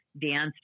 Danced